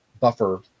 buffer